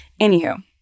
Anywho